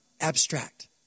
abstract